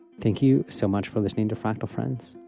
thank you so much for listening to fractal friends.